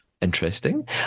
Interesting